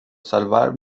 salvar